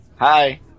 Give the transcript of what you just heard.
Hi